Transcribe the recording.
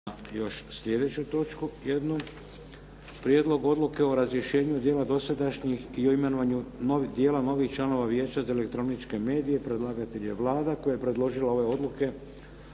još sljedeću točku jednu. - Prijedlog odluka o razrješenju dijela dosadašnjih i o imenovanju dijela novih članova Vijeća za elektroničke medije Predlagatelj: Vlada Republike Hrvatske